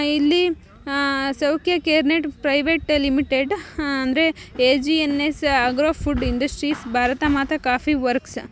ಇಲ್ಲಿ Saukhya Carenet private limited ಅಂದರೆ A G N S agro food industries Bharatmata coffee works